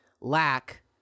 lack